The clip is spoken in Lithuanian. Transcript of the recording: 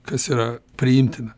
kas yra priimtina